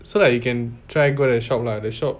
so that you can try go the shop lah the shop